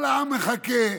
כל העם מחכה,